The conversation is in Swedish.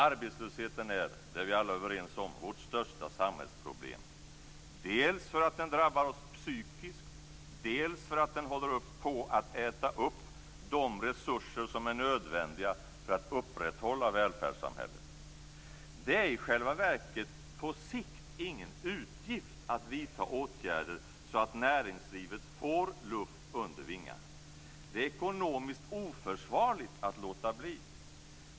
Arbetslösheten är vårt största samhällsproblem - det är vi alla överens om - dels för att den drabbar oss psykiskt, dels för att den håller på att äta upp de resurser som är nödvändiga för att upprätthålla välfärdssamhället. Det är i själva verket på sikt ingen utgift att vidta åtgärder så att näringslivet får luft under vingarna. Det är ekonomiskt oförsvarligt att låta bli.